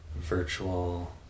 virtual